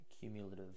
cumulative